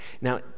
Now